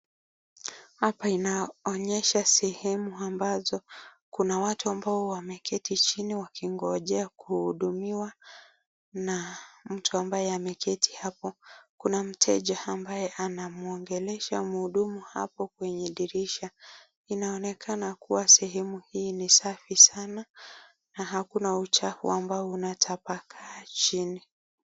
Hapa inaonyesha sehemu ambazo kuna watu ambao wameketi chini wakingojea kuhudumiwa na mtu ambaye ameketi hapo. Kuna mteja ambaye anamuongelesha muhudumu hapo kwenye dirisha. Inaonekana kuwa sehemu hii ni safi sana na hakuna uchafu ambao unatapakaa chini.